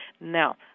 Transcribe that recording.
Now